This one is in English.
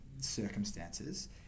circumstances